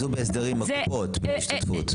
נכנסו בהסדרים עם הקופות, בהשתתפות.